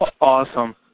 Awesome